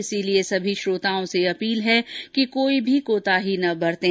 इसलिए सभी श्रोताओं से अपील है कि कोई भी कोताही न बरतें